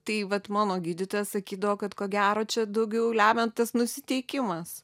tai vat mano gydytojas sakydavo kad ko gero čia daugiau lemia tas nusiteikimas